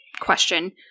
question